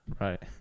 Right